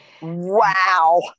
Wow